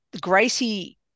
Gracie